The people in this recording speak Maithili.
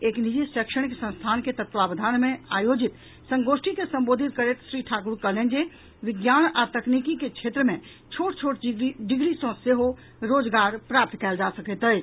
एक निजी शौक्षणिक संस्थान के तत्वावधान मे आयोजित संगोष्ठी के संबोधित करैत श्री ठाकुर कहलनि जे विज्ञान आ तकनीकीक क्षेत्र मे छोट छोट डिग्री सँ सेहो रोजगार प्राप्त कयल जा सकैत अछि